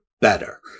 better